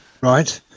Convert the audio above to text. Right